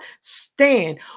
stand